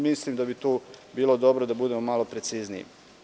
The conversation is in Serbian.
Mislim da bi bilo dobro da tu budemo malo precizniji.